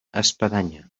espadanya